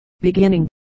beginning